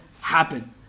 happen